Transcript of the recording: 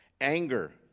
Anger